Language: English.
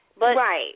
Right